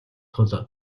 тул